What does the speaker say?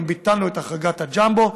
גם ביטלנו את החרגת הג'מבו,